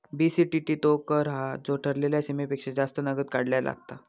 BCTT तो कर हा जो ठरलेल्या सीमेपेक्षा जास्त नगद काढल्यार लागता